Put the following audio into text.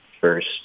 first